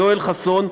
יואל חסון,